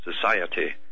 society